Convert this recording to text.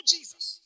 Jesus